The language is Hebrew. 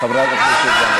חברת הכנסת זנדברג.